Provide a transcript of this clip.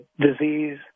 disease